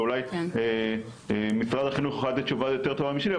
ואולי משרד החינוך יוכל לתת תשובה יותר טובה משלי,